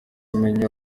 bumenyi